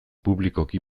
publikoki